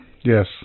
Yes